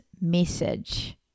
message